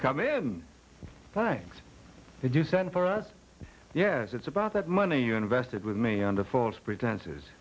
come in why did you send for us yes it's about that money you invested with me under false pretenses